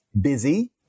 busy